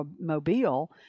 Mobile